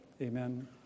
Amen